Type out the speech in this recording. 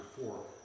four